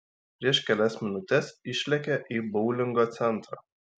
prieš kelias minutes išlėkė į boulingo centrą